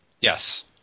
Yes